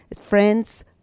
friends